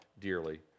dearly